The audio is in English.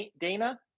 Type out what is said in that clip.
Dana